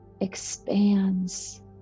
expands